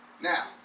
Now